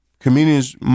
Comedians